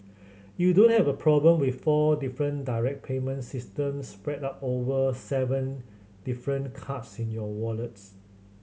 you don't have a problem with four different direct payment systems spread out over seven different cards in your wallets